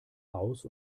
aus